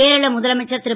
கேரள முதலமைச்சர் ரு